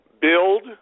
build